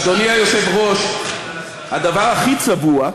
אדוני היושב-ראש, הדבר הכי צבוע,